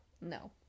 No